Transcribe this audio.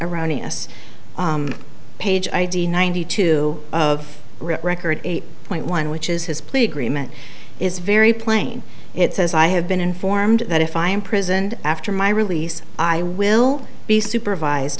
erroneous page id ninety two of record eight point one which is his plea agreement is very plain it says i have been informed that if i imprisoned after my release i will be supervised